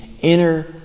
inner